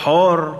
חור?